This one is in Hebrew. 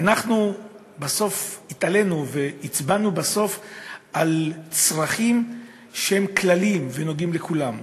אנחנו בסוף התעלינו והצבענו על צרכים שהם כלליים ונוגעים בכולם.